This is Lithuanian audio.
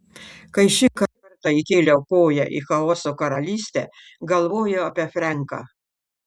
kai šį kartą įkėliau koją į chaoso karalystę galvojau apie frenką